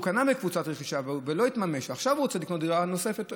כשהוא קנה מקבוצת רכישה וזה לא התממש ועכשיו הוא רוצה לקנות דירה נוספת,